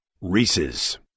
Reese's